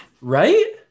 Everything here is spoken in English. right